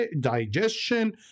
digestion